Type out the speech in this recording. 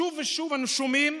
שוב ושוב אנו שומעים